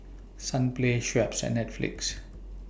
Sunplay Schweppes and Netflix